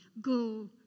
go